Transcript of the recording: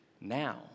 Now